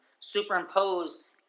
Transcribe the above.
superimpose